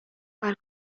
are